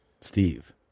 Steve